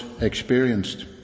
experienced